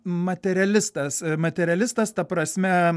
materialistas materialistas ta prasme